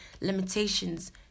limitations